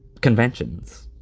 conventions